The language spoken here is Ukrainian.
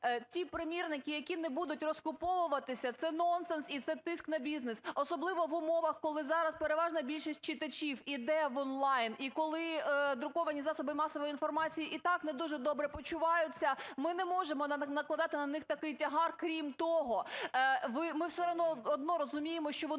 ті примірники, які не будуть розкуповуватися, це нонсенс і це тиск на бізнес, особливо в умовах, коли зараз переважна більшість читачів іде в онлайн. І коли друковані засоби масової інформації і так не дуже добре почуваються, ми не можемо накладати на них такий тягар. Крім того, ми все одно розуміємо, що вони